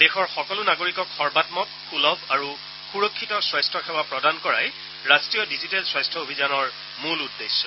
দেশৰ সকলো নাগৰিকক সৰ্বামক সূলভ আৰু সুৰক্ষিত স্বাস্থ্য সেৱা প্ৰদান কৰাই ৰাষ্ট্ৰীয় ডিজিটিয় স্বাস্থ্য অভিযানৰ মূল উদ্দেশ্য